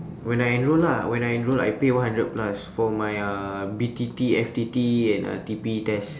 when I enroll lah when I enroll I paid one hundred plus for my uh B_T_T F_T_T and uh T_P test